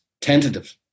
tentative